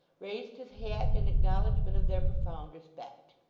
raised his hat in acknowledgment of their profound respect.